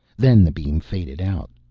then the beam faded out.